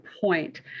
point